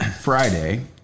Friday